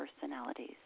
personalities